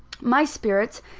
my spirits,